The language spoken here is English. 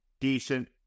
decent